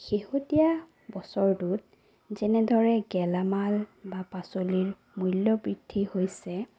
শেহতীয়া বছৰটোত যেনেদৰে গেলামাল বা পাচলিৰ মূল্য বৃদ্ধি হৈছে